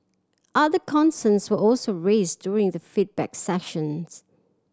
other concerns were also raised during the feedback sessions